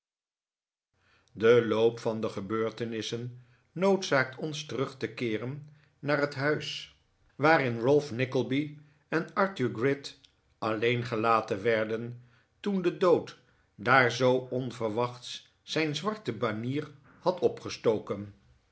de loop van de gebeurtenissen noodzaakt ons terug te keeren naar het huis waarin nikolaas nickleby ralph nickleby en arthur gride alleen gelaten werden toen de dood daar zoo onverwachts zijn zwarte banier had opgestoken